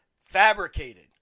fabricated